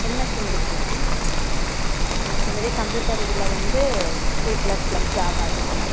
MSc முடிச்சுருக்கேன் மற்றபடி computer இதில் வந்து சி ப்ளஸ் ப்ளஸ் ஜாவா முடிச்சுருக்கேன்